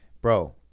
bro